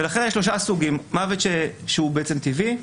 יש שלושה סוגים: מוות שהוא בעצם טבעי,